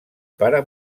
pare